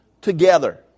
together